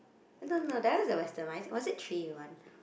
I don't know that one is the western one was it three in one